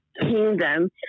kingdom